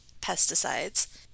pesticides